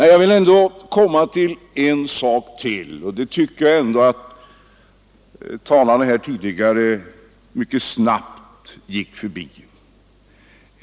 Sedan vill jag också säga något om en annan sak, som tidigare talare mycket snabbt gick förbi.